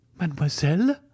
Mademoiselle